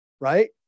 right